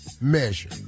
measure